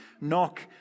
knock